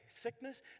sickness